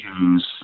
use